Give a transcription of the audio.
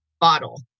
bottle